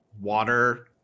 water